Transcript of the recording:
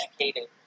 educated